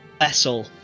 vessel